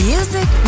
Music